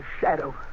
Shadow